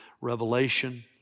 Revelation